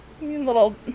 Little